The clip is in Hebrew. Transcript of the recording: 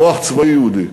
כוח צבאי יהודי.